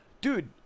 Dude